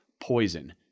poison